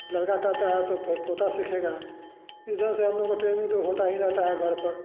लड़का करता है तो फिर पोता सीखेगा इस तरह से हम लोग के ट्रेनिंग में तो होता ही रहता है घर पर